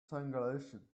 triangulation